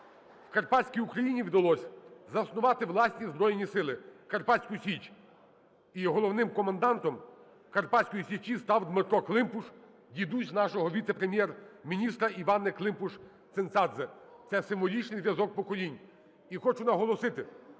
Карпатській Україні вдалось заснувати власні збройні сили – Карпатську Січ. І головним комендантом Карпатської Січі став Дмитро Климпуш, дідусь нашого віце-прем'єр-міністра Іванни Климпуш-Цинцадзе. Це символічний зв'язок поколінь. І хочу наголосити,